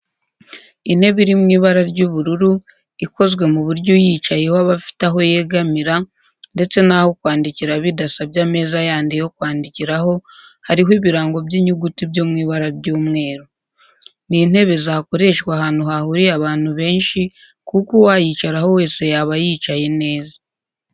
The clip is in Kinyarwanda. Intebe iri mu ibara ry'ubururu ikozwe ku buryo uyicayeho aba afite aho yegamira, ndetse n'aho kwandikira bidasabye ameza yandi yo kwandikiraho, hariho ibirango by'inyuguti byo mu ibara ry'umweru. Ni intebe zakoreshwa ahantu hahuriye abantu benshi kuko uwayicaraho wese yaba yicaye neza.